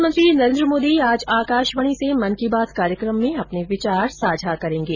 प्रधानमंत्री नरेन्द्र मोदी आज आकाशवाणी से मन की बात कार्यक्रम में अपने विचार साझा करेंगे